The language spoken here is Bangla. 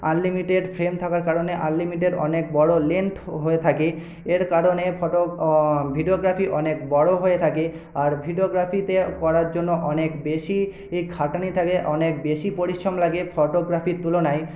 আনলিমিটেড ফ্রেম থাকার কারণে আনলিমিটেড অনেক বড়ো লেনঠ হয়ে থাকে এর কারণে ফটো ভিডিওগ্রাফি অনেক বড়ো হয়ে থাকে আর ভিডিওগ্রাফিতে করার জন্য অনেক বেশী খাটনি থাকে অনেক বেশী পরিশ্রম লাগে ফটোগ্রাফির তুলনায়